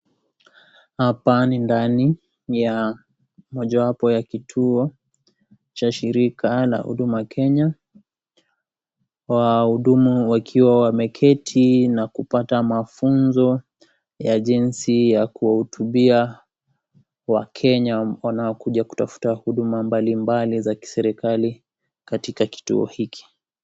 Hapa ni ndani ya mojawapo ya kituo, cha shirika la Huduma kenya. Wahudumu wakiwa wameketi na kupata mafunzo, ya jinsi ya kuwahutubia wakenya, wanaokuja kutafuta huduma mbalimbali za kiserikali katika kituo hiki.